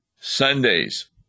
Sundays